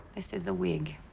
this is a wig.